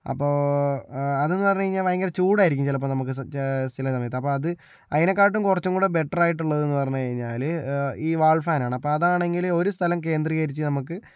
അപ്പോൾ അതെന്നു പറഞ്ഞു കഴിഞ്ഞാൽ ഭയങ്കര ചൂടായിരിക്കും ചിലപ്പോൾ നമ്മൾക്ക് ചില സമയത്ത് അപ്പോൾ അത് അതിനെക്കാളും കുറച്ചും കൂടി ബെറ്ററായിട്ടുള്ളതെന്ന് പറഞ്ഞു കഴിഞ്ഞാല് ഈ വാൾ ഫാനാണ് അപ്പോൾ അതാണെങ്കില് ഒരു സ്ഥലം കേന്ദ്രീകരിച്ച് നമ്മൾക്ക്